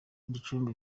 gicumbi